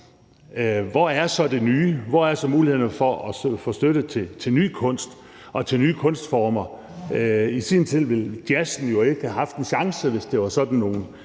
Hvor er så det nye? Hvor er så mulighederne for at få støtte til ny kunst og til nye kunstformer? Jazzen ville jo ikke have haft en chance i sin tid,